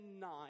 nine